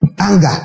anger